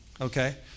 Okay